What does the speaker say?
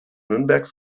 nürnberg